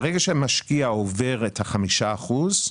ברגע שמשקיע עובר את החמישה אחוזים,